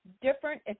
different